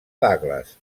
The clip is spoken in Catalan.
douglas